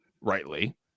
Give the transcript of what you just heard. rightly